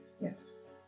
Yes